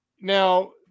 Now